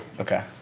Okay